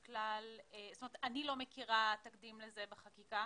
אני לא מכירה תקדים לזה בחקיקה.